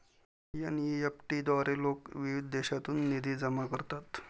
NEFT द्वारे लोक विविध देशांतून निधी जमा करतात